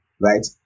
Right